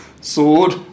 Sword